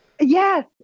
yes